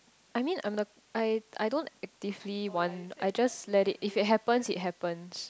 I mean I'm the I I don't actively want I just let it if it happens it happens